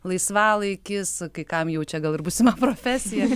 laisvalaikis kai kam jau čia gal ir būsima profesija